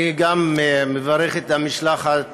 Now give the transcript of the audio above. גם אני מברך את המשלחת